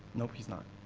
no, he is not.